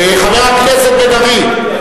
חבר הכנסת בן-ארי.